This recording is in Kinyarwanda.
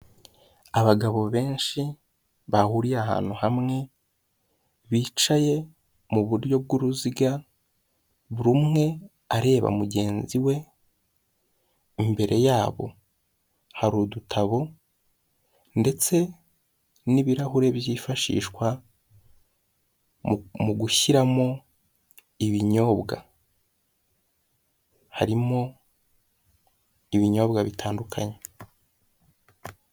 Abagabo benshi bahuriye ahantu hamwe, bicaye mu buryo bw'uruziga, buri umwe areba mugenzi we, imbere yabo hari udutabo ndetse n'ibirahure byifashishwa mu gushyiramo ibinyobwa. Harimo ibinyobwa bitandukanye.